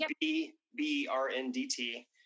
B-B-R-N-D-T